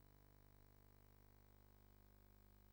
שני